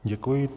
Děkuji.